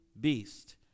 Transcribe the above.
beast